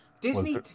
Disney